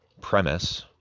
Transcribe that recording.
premise